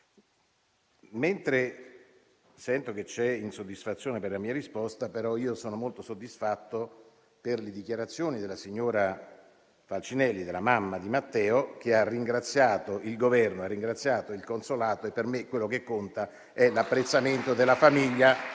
Mentre sento che c'è insoddisfazione per la mia risposta, però sono molto soddisfatto per le dichiarazioni della signora Falcinelli, la mamma di Matteo, che ha ringraziato il Governo e ha ringraziato il consolato e per me quello che conta è l'apprezzamento della famiglia